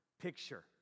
picture